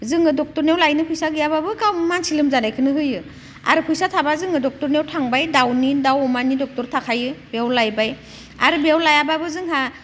जोङो डक्ट'रनियाव लायनो फैसा गैयाबाबो गावनि मानसि लोमजानायखौनो होयो आरो फैसा थाबा जोङो डक्ट'रनियाव थांबाय दाउनि दाउ अमानि डक्ट'र थाखायो बेयाव लायबाय आरो बेयाव लायाबाबो जोंहा